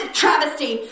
travesty